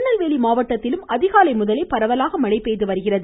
திருநெல்வேலி மாவட்டத்திலும் அதிகாலை முதலே பரவலாக மழை பெய்து வருகிறது